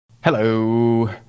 Hello